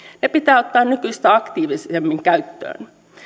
ne pitää ottaa nykyistä aktiivisemmin käyttöön